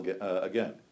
again